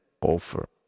offer